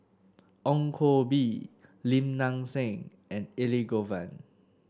Ong Koh Bee Lim Nang Seng and Elangovan